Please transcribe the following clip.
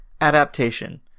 Adaptation